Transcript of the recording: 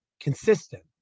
consistent